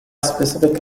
specific